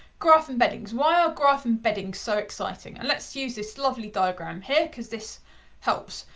graph embeddings. why are graph embeddings so exciting? and let's use this lovely diagram here cause this helps.